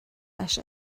leis